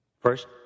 First